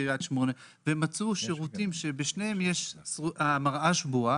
קריית שמונה והם מצאו שירותים שבשניהם המראה שבורה,